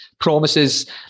Promises